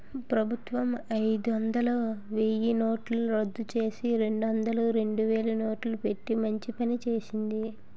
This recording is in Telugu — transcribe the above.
ప్రభుత్వం అయిదొందలు, వెయ్యినోట్లు రద్దుచేసి, రెండొందలు, రెండువేలు నోట్లు పెట్టి మంచి పని చేసింది